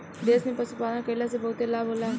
देश में पशुपालन कईला से बहुते लाभ होला